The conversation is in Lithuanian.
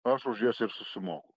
aš už jas ir susimo